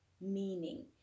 meaning